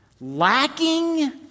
Lacking